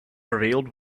revealed